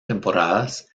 temporadas